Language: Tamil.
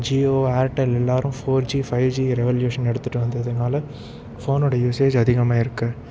ஜியோ ஆர்டெல் எல்லாேரும் four G five G revolution எடுத்துகிட்டு வந்ததுனால் ஃபோனோட யூசேஜ் அதிகமாகிருக்கு